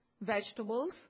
vegetables